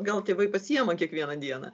gal tėvai pasiima kiekvieną dieną